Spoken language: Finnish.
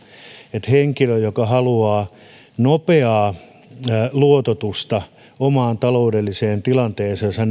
että jos henkilö joka haluaa nopeaa luototusta omaan taloudelliseen tilanteeseensa